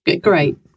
Great